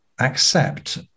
accept